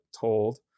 told